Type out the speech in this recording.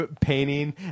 painting